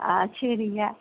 ஆ சரிங்க